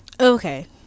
Okay